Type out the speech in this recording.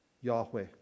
Yahweh